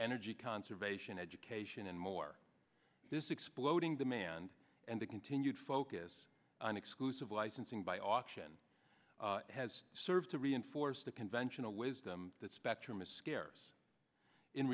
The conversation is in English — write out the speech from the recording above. energy conservation education and more this exploding demand and the continued focus on exclusive licensing by option has served to reinforce the conventional wisdom that spectrum is scarce in